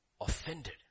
offended